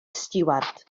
stiward